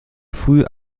früh